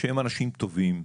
שהם אנשים טובים,